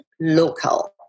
local